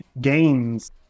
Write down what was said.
games